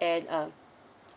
and uh